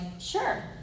sure